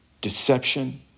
deception